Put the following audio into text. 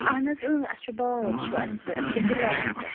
اہن حظ اۭں اسہِ چھُ باغ چھُ اسہِ اسہِ چھِ گِلاس تَتھ